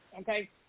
okay